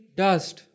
dust